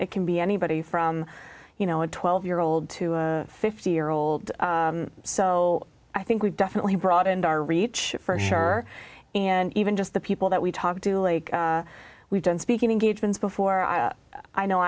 it can be anybody from you know a twelve year old to a fifty year old so i think we've definitely broadened our reach for sure and even just the people that we talked to like we've done speaking engagements before i know